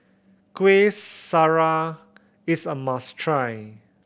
Kueh Syara is a must try